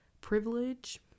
privilege